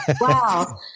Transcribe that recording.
Wow